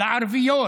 לערביות,